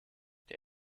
der